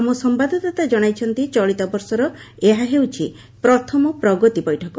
ଆମ ସମ୍ଭାଦଦାତା ଜଣାଇଛନ୍ତି ଚଳିତ ବର୍ଷର ଏହା ହେଉଛି ପ୍ରଥମ ପ୍ରଗତି ବୈଠକ